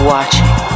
Watching